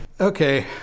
okay